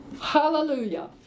Hallelujah